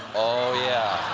oh, yeah.